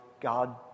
God